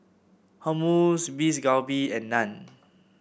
Hummus Beef Galbi and Naan